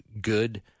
good